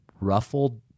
ruffled